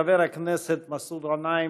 חבר הכנסת מסעוד גנאים,